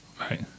Right